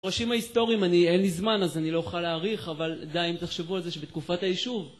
בראשים ההיסטוריים אין לי זמן אז אני לא אוכל להעריך, אבל די אם תחשבו על זה שבתקופת היישוב...